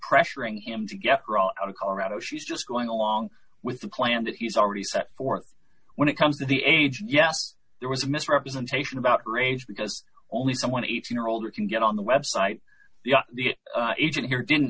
pressuring him to get out of colorado she's just going along with the plan that he's already set forth when it comes to the age yes there was misrepresentation about race because only someone eighteen or older can get on the website even here didn't